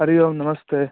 हरि ओं नमस्ते